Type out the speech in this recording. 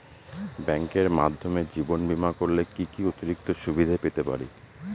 ব্যাংকের মাধ্যমে জীবন বীমা করলে কি কি অতিরিক্ত সুবিধে পেতে পারি?